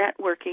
networking